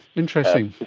interesting.